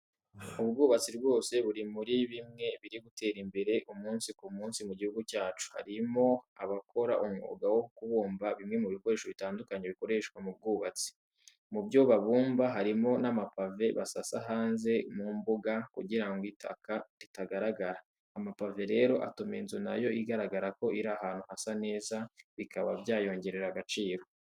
Ubwubatsi rwose buri muri bimwe biri gutera imbere umunsi ku munsi mu gihugu cyacu. Hariho abakora umwuga wo kubumba bimwe mu bikoresho bitandukanye bikoreshwa mu bwubatsi, mu byo babumba harimo n'amapave basasa hanze mu mbuga kugira ngo itaka ritagaragara. Amapave rero atuma inzu nayo igaragara ko iri ahantu hasa neza bikaba byayongerera agaciro.